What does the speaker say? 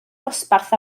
dosbarth